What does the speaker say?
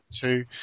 two